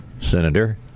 Senator